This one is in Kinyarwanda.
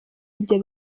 ibyo